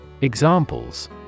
Examples